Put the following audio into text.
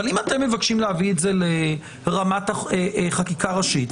אבל אם אתם מבקשים להביא את זה לרמת חקיקה ראשית,